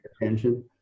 attention